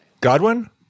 Godwin